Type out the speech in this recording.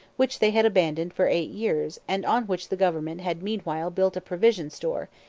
which they had abandoned for eight years and on which the government had meanwhile built a provision store,